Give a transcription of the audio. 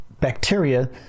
bacteria